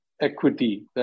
equity